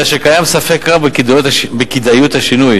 אלא שקיים ספק רב בכדאיות השינוי,